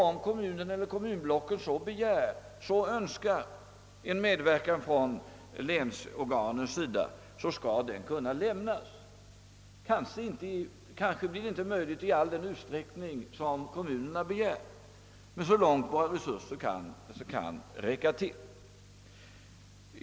Om kommunerna alltså önskar medverkan från länsorganens sida skall den kunna ges, kanske inte i hela den utsträckning kommunerna begärt men så långt våra resurser räcker till.